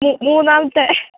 മൂന്നാമത്തെ